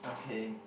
okay